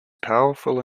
powerful